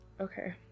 Okay